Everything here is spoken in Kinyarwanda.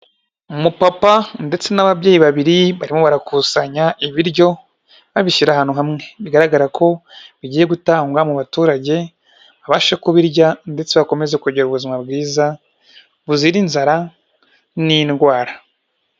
Umu papa ndetse n'ababyeyi babiri barimo barakusanya ibiryo, babishyira ahantu hamwe, bigaragara ko bigiye gutangwa mu baturage, babashe kubirya ndetse bakomeze kugira ubuzima bwiza buzira inzara n'indwara.